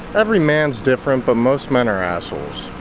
every man's different but most men are assholes.